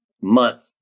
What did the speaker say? month